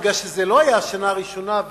משום שזו לא היתה השנה הראשונה,